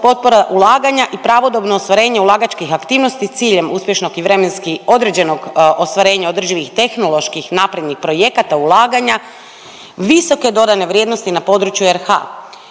potpora ulaganja i pravodobno ostvarenje ulagačkih aktivnosti s ciljem uspješnog i vremenski određenog ostvarenja održivih tehnoloških naprednih projekata ulaganja visoke dodane vrijednosti na području RH.